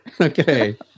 okay